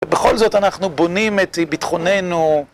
בכל זאת אנחנו בונים את ביטחוננו.